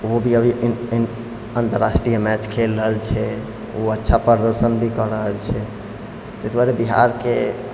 ओ भी अभी अन्तर्राष्ट्रीय मैच खेल रहल छै ओ अच्छा प्रदर्शन भी कऽ रहल छै ताहि दुआरे बिहारके